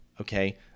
Okay